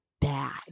bad